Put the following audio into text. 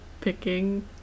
picking